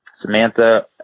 Samantha